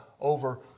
over